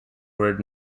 word